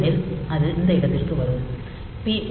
இல்லையெனில் இது இந்த இடத்திற்கு வரும் P1